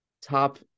top